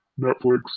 Netflix